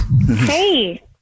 Hey